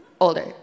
Older